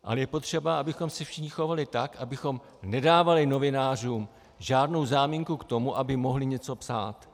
Ale je potřeba, abychom se všichni chovali tak, abychom nedávali novinářům žádnou záminku k tomu, aby mohli něco psát.